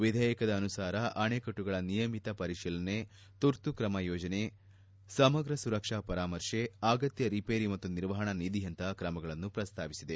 ವಿಧೇಯಕದ ಅನುಸಾರ ಅಣೆಕಟ್ಸುಗಳ ನಿಯಮಿತ ಪರಿಶೀಲನೆ ತುರ್ತು ಕ್ರಮ ಯೋಜನೆ ಸಮಗ್ರ ಸುರಕ್ಷಾ ಪರಾಮರ್ತೆ ಅಗತ್ಯ ರಿಪೇರಿ ಮತ್ತು ನಿರ್ವಹಣಾ ನಿಧಿಯಂತಹ ಕ್ರಮಗಳನ್ನು ಪ್ರಸ್ತಾವಿಸಿದೆ